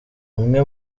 umwe